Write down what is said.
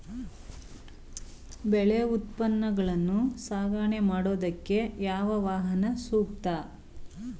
ಬೆಳೆ ಉತ್ಪನ್ನಗಳನ್ನು ಸಾಗಣೆ ಮಾಡೋದಕ್ಕೆ ಯಾವ ವಾಹನ ಸೂಕ್ತ?